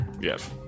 Yes